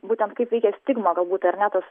būtent kaip veikia stigma galbūt ar ne tas